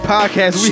Podcast